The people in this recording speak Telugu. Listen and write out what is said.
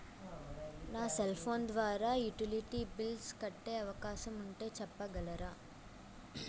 నా సెల్ ఫోన్ ద్వారా యుటిలిటీ బిల్ల్స్ కట్టే అవకాశం ఉంటే చెప్పగలరా?